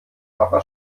papa